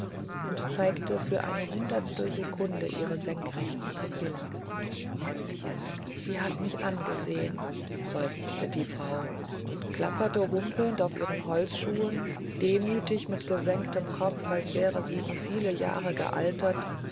und zeigte für eine hundertstel sekunde ihre senkrechten pupillen sie hat mich angesehen seufzte die frau und klapperte humpelnd auf ihren holzschuhen demütig mit gesenktem kopf als wäre sie um viele jahre gealtert